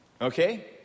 Okay